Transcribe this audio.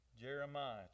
Jeremiah